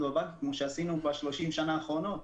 בבנקים כמו שעשינו ב-30 השנים האחרונות.